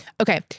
Okay